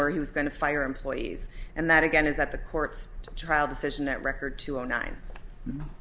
or he was going to fire employees and that again is that the courts trial decision that record two zero nine